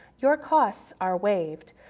your costs are waived.